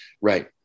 Right